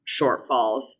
shortfalls